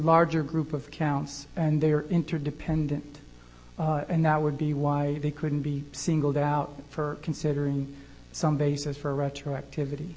larger group of counts and they are interdependent and now would be why they couldn't be singled out for considering some basis for retroactivity